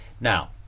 Now